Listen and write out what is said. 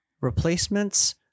Replacements